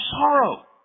sorrow